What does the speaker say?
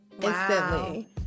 instantly